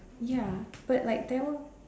ya but like there were